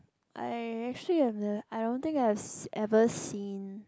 I actually have nev~ I don't think I have ever seen